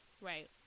Right